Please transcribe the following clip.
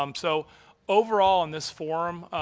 um so overall in this forum,